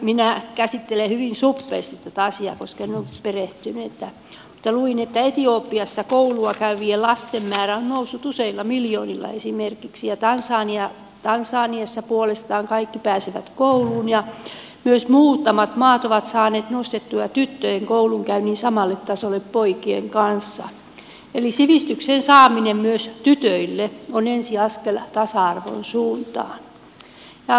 minä käsittelen hyvin suppeasti tätä asiaa koska en ole perehtynyt mutta luin että esimerkiksi etiopiassa koulua käyvien lasten määrä on noussut useilla miljoonilla ja tansaniassa puolestaan kaikki pääsevät kouluun ja myös muutamat maat ovat saaneet nostettua tyttöjen koulunkäynnin samalle tasolle poikien kanssa eli sivistyksen saaminen myös tytöille on ensiaskel tasa arvon suuntaan